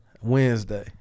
Wednesday